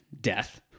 death